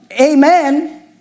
amen